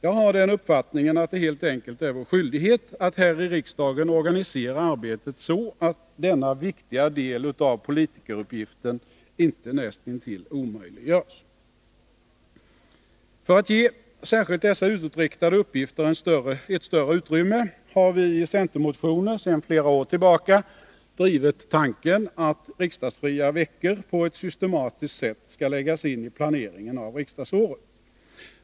Jag har den uppfattningen att det helt enkelt är vår skyldighet att här i riksdagen organisera arbetet så, att denna viktiga del av politikeruppgiften inte nästintill omöjliggörs. För att ge särskilt dessa utåtriktade uppgifter ett större utrymme har vi i centermotioner sedan flera år tillbaka drivit tanken att riksdagsfria veckor på ett systematiskt sätt skall läggas in i planeringen av riksdagsåret.